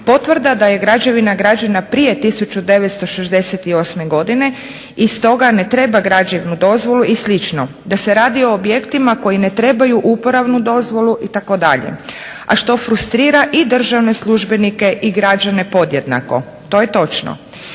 potvrda da je građevina građena prije 1968. godine i stoga ne treba građevnu dozvolu i slično, da se radi o objektima koji ne trebaju uporabnu dozvolu itd., a što frustrira i državne službenike i građane podjednako. To je točno.